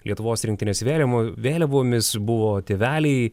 lietuvos rinktinės vėriamu vėliavomis buvo tėveliai